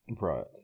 right